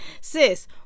Sis